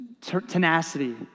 tenacity